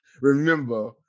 remember